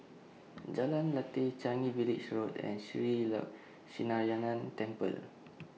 Jalan Lateh Changi Village Road and Shree Temple